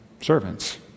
servants